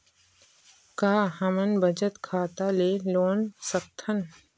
का हमन बचत खाता ले लोन सकथन?